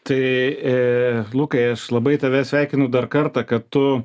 tai lukai aš labai tave sveikinu dar kartą kad tu